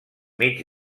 mig